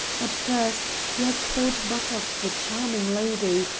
at first he had thought but of the charming lady,